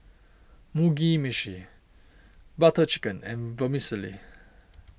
Mugi Meshi Butter Chicken and Vermicelli